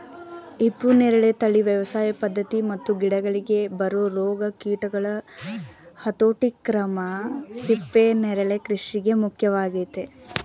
ಹಿಪ್ಪುನೇರಳೆ ತಳಿ ವ್ಯವಸಾಯ ಪದ್ಧತಿ ಮತ್ತು ಗಿಡಗಳಿಗೆ ಬರೊ ರೋಗ ಕೀಟಗಳ ಹತೋಟಿಕ್ರಮ ಹಿಪ್ಪುನರಳೆ ಕೃಷಿಗೆ ಮುಖ್ಯವಾಗಯ್ತೆ